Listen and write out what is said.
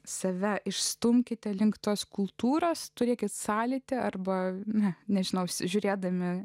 save išstumkite link tos kultūros turėkit sąlytį arba ne nežinau žiūrėdami